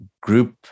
group